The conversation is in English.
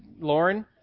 Lauren